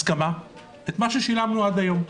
הסכמה את מה ששילמנו עד היום.